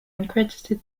uncredited